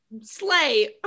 Slay